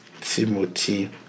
Timothy